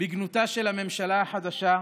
בגנותה של הממשלה החדשה,